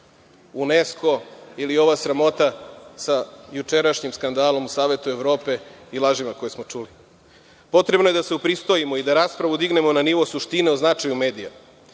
Unesko ili ova sramota sa jučerašnjim skandalom u Savetu Evrope i lažima koje smo čuli. Potrebno je da se upristojimo i da raspravu dignemo na nivo suštine o značaju medija,